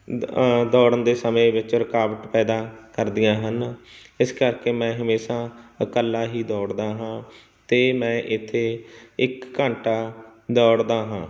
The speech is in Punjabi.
ਦੌੜਨ ਦੇ ਸਮੇਂ ਵਿੱਚ ਰੁਕਾਵਟ ਪੈਦਾ ਕਰਦੀਆਂ ਹਨ ਇਸ ਕਰਕੇ ਮੈਂ ਹਮੇਸ਼ਾ ਇਕੱਲਾ ਹੀ ਦੌੜਦਾ ਹਾਂ ਅਤੇ ਮੈਂ ਇੱਥੇ ਇੱਕ ਘੰਟਾ ਦੌੜਦਾ ਹਾਂ